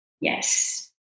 Yes